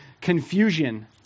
confusion